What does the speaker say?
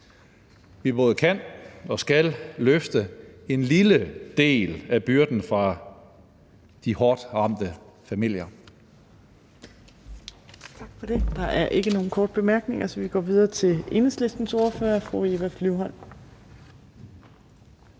Vi både kan og skal løfte en lille del af byrden fra de hårdt ramte familier.